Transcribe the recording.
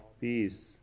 peace